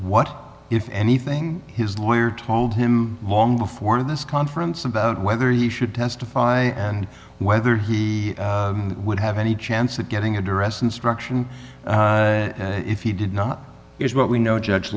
what if anything his lawyer told him long before this conference about whether he should testify and whether he would have any chance of getting a direct instruction if he did not is what we know judge